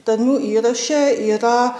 tarmių įraše yra